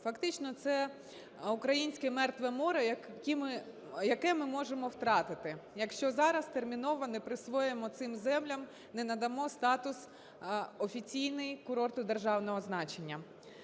Фактично це українське "мертве море", яке ми можемо втратити, якщо зараз терміново не присвоїмо цим землям, не надамо статус "Офіційні курорти державного значення".